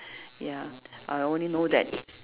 ya I only know that